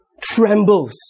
trembles